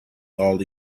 all